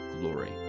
glory